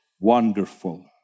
wonderful